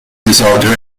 disorder